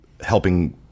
helping